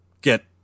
get